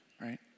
right